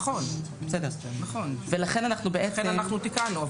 נכון, לכן אנחנו תיקנו.